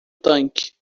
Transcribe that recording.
tanque